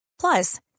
Plus